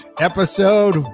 episode